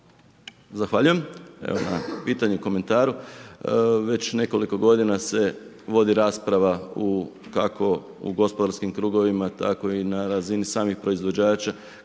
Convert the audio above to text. Zahvaljujem na pitanju, komentaru. Već nekoliko g. se vodi rasprava, kako u gospodarskim krugovima, tako i na razini samih proizvođača,